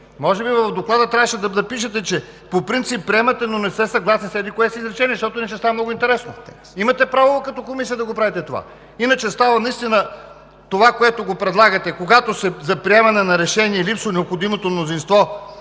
Може би в доклада трябваше да запишете, че по принцип приемате, но не сте съгласни с еди-кое си изречение, защото иначе става много интересно. Имате право като Комисия да го правите. Иначе това, което предлагате – когато за приемане на решение липсва необходимото мнозинство,